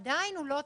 ועדיין הוא לא תיקן,